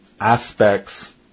aspects